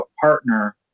partner